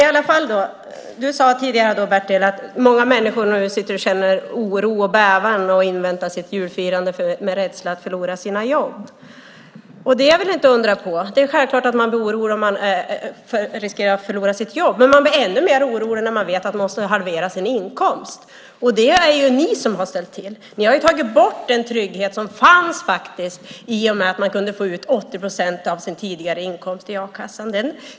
Bertil Kjellberg sade tidigare att många människor känner oro och bävan och inväntar sitt julfirande med rädsla för att förlora sitt jobb. Det är väl inte att undra på! Självklart blir man orolig om man riskerar att förlora sitt jobb, men man blir ännu mer orolig när man vet att man i så fall måste halvera sin inkomst. Det har ni ställt till med, Bertil Kjellberg, för ni har tagit bort den trygghet som fanns när man kunde få 80 procent av sin tidigare inkomst i a-kasseersättning.